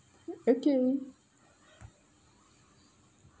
okay